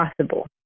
possible